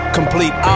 complete